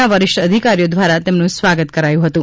ના વરિષ્ઠ અધિકારીઓ દ્વારા તેમનું સ્વાગત કરાયું હતું